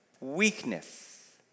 weakness